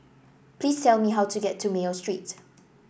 please tell me how to get to Mayo Street